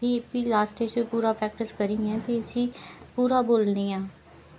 फ्ही फ्ही लास्ट च पूरा प्रैक्टिस करी मैं फ्ही उसी पूरा बोलनी आं